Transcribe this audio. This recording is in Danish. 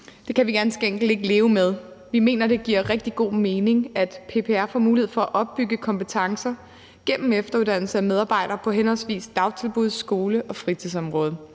Det kan vi ganske enkelt ikke leve med. Vi mener, det giver rigtig god mening, at PPR får mulighed for at opbygge kompetencer gennem efteruddannelse af medarbejdere på henholdsvis dagtilbuds-, skole- og fritidsområdet.